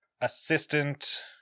assistant